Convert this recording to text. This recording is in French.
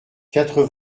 quatre